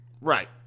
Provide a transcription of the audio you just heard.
Right